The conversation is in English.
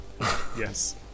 yes